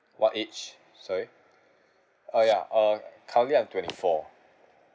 what age sorry ah ya uh currently I'm twenty four